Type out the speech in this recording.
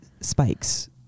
spikes